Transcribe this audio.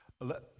Let